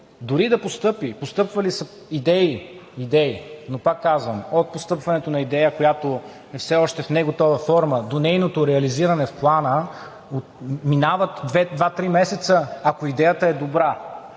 Дори и да постъпи – постъпвали са идеи, но, пак казвам, от постъпването на идея, която е все още в неготова форма, до нейното реализиране в Плана минават два-три месеца, ако идеята е добра,